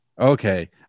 Okay